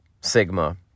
sigma